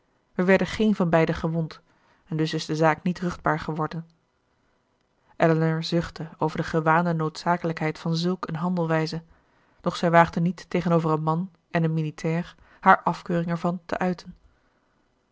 wij werden geen van beiden gewond en dus is de zaak niet ruchtbaar geworden elinor zuchtte over de gewaande noodzakelijkheid van zulk een handelwijze doch zij waagde niet tegenover een man en een militair hare afkeuring ervan te uiten